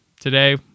today